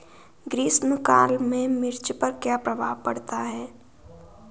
ग्रीष्म काल में मिर्च पर क्या प्रभाव पड़ता है?